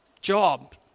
job